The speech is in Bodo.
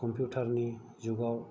कमपिउटार नि जुगाव